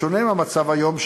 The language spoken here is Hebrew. בשונה מהמצב היום,